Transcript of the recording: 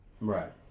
Right